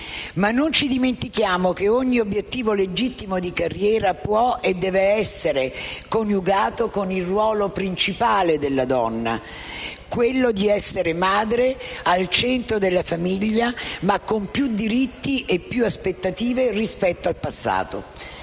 Ma non ci dimentichiamo che ogni obiettivo legittimo di carriera può e deve essere coniugato con il ruolo principale di ogni donna, quello di essere madre, al centro della famiglia, ma con più diritti e più aspettative rispetto al passato.